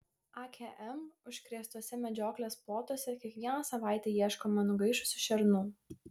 akm užkrėstuose medžioklės plotuose kiekvieną savaitę ieškoma nugaišusių šernų